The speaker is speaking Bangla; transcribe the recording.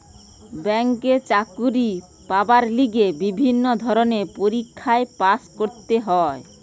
ব্যাংকে চাকরি পাবার লিগে বিভিন্ন ধরণের পরীক্ষায় পাস্ করতে হয়